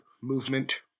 movement